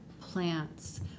plants